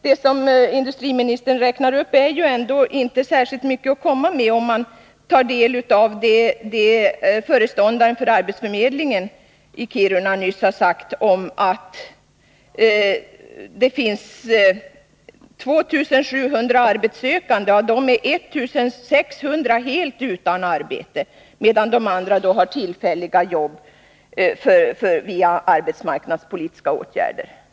Det som industriministern räknar upp är inte särskilt mycket med tanke på vad föreståndaren för arbetsförmedlingen i Kiruna nyss har sagt om att det finns 2 700 arbetssökande. Av dem är 1 600 helt utan arbete, medan de andra har tillfälliga jobb via arbetsmarknadspolitiska åtgärder.